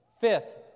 Fifth